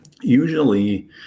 usually